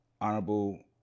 Honorable